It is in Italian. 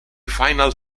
final